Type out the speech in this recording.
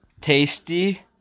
Tasty